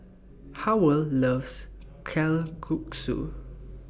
Howell loves Kalguksu